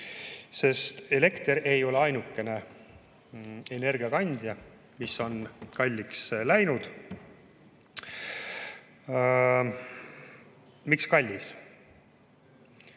gaasi. Elekter ei ole ainukene energiakandja, mis on kalliks läinud. Miks kallis?